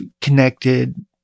connected